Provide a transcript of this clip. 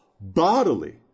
bodily